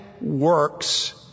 works